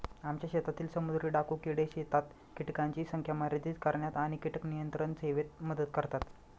आमच्या शेतातील समुद्री डाकू किडे शेतात कीटकांची संख्या मर्यादित करण्यात आणि कीटक नियंत्रण सेवेत मदत करतात